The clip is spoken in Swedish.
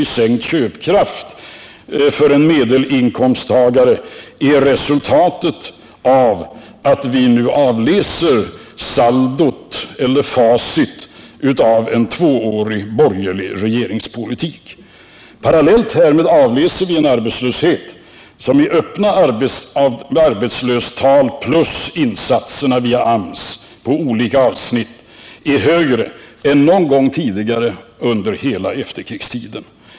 i sänkt köpkraft 28 februari 1979 för en medelinkomsttagare är resultatet när vi nu avläser facit av en tvåårig borgerlig regeringspolitik. Finansdebatt Parallellt härmed avläser vi en arbetslöshet som i öppna arbetslöshetstal plus insatserna via AMS på olika avsnitt är högre än någon gång tidigare under hela efterkrigstiden.